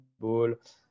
football